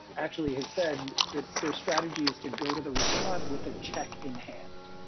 actually has said that their strategy is to go to the restaurant with a check in hand.